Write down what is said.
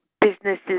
businesses